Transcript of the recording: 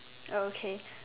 okay